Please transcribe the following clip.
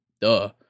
duh